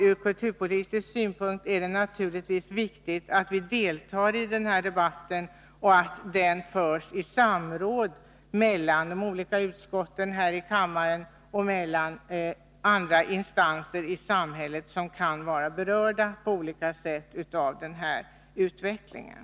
Ur kulturpolitisk synpunkt är det naturligtvis viktigt att vi deltar i debatten och att debatten förs i samråd mellan de olika utskotten här i riksdagen och andra instanser i samhället som på olika sätt kan vara berörda av utvecklingen.